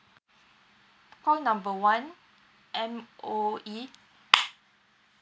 call number one M_O_E